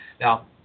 Now